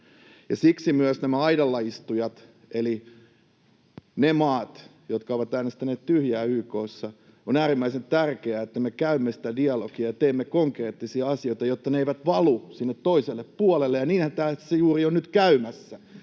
Siksi myös näiden aidalla istujien kanssa — eli niiden maiden, jotka ovat äänestäneet tyhjää YK:ssa — on äärimmäisen tärkeää, että me käymme sitä dialogia ja teemme konkreettisia asioita, jotta ne eivät valu sinne toiselle puolelle, ja niinhän tässä juuri on nyt käymässä.